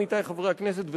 עמיתי חברי הכנסת,